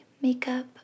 makeup